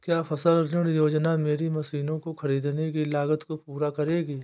क्या फसल ऋण योजना मेरी मशीनों को ख़रीदने की लागत को पूरा करेगी?